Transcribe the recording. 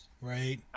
Right